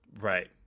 Right